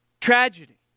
tragedy